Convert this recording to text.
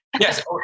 Yes